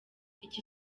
iki